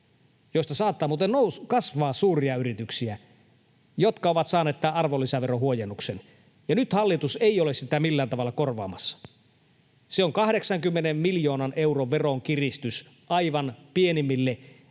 joista saattaa muuten kasvaa suuria yrityksiä ja jotka ovat saaneet tämän arvonlisäverohuojennuksen, ja nyt hallitus ei ole sitä millään tavalla korvaamassa. Se on 80 miljoonan euron veronkiristys aivan pienimmille